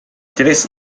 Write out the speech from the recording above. tres